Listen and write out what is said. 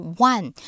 one